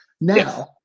now